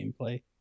gameplay